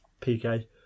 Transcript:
PK